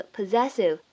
Possessive